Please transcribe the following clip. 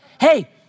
Hey